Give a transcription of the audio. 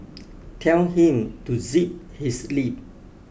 tell him to zip his lip